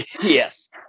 Yes